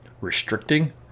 restricting